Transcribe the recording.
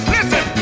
Listen